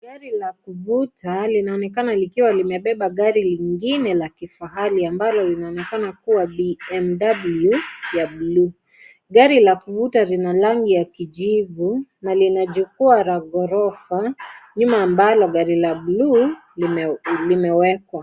Gari la kuvuta linaonekana likiwa limebeba gari lingine la kifahari ambalo linaonekana kuwa (cs)BMW(cs) ya buluu, gari la kuvuta lina rangi ya kijivu na lina jukwaa la ghorofa nyuma ambalo gari la buluu limewekwa.